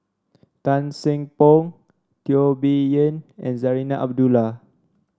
Tan Seng Poh Teo Bee Yen and Zarinah Abdullah